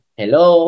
hello